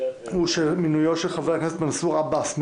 הוא שמינויו של חבר הכנסת מנסור עבאס,